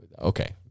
okay